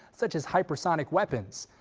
such as hypersonic weapons.